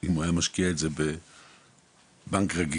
אם הוא היה משקיע את זה בבנק רגיל,